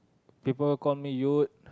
people call me Yut